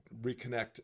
reconnect